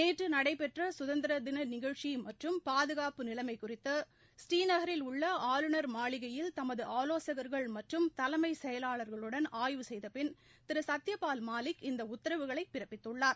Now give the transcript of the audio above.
நேற்று நடைபெற்ற குதந்திரதின நிகழ்ச்சி மற்றும் பாதுகாப்பு நிலைமை குறித்து ஸ்ரீநகரில் உள்ள ஆளுநர் மாளிகையில் தமது ஆலோசகர்கள் மற்றும் தலைமைச் செயலாளருடன் ஆய்வு செய்த பின் திரு சத்யபால் மாலிக் இந்த உத்தரவுகளை பிறப்பித்துள்ளார்